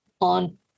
on